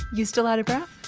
you still out of breath?